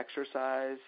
exercise